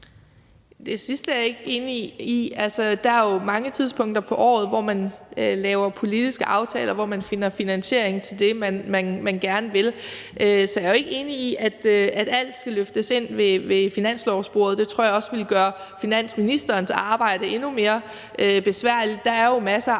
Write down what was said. Det sidste er jeg ikke enig i. Der er jo mange tidspunkter på året, hvor man laver politiske aftaler og finder finansiering til det, man gerne vil. Så jeg er ikke enig i, at alt skal løftes ind på finanslovsbordet. Det tror jeg også ville gøre finansministerens arbejde endnu mere besværligt. Der er jo masser af